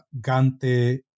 Gante